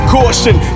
Caution